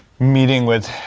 meeting with.